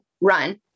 run